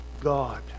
God